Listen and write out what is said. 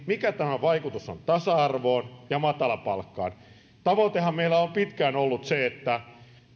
mikä tämän vaikutus on tasa arvoon ja matalapalkkaan tavoitehan meillä on pitkään ollut se että